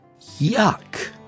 Yuck